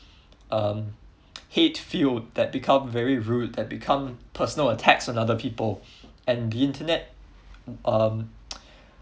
um hate fueled that become very rude that become personal attacks on another people and the internet um